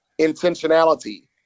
intentionality